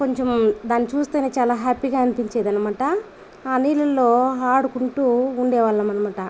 కొంచం దాన్ని చూస్తేనే చాలా హ్యాపీగా అనిపించేది అన్నమాట ఆ నీళ్ళలో ఆడుకుంటూ ఉండేవాళ్ళం అనమాట